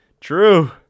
True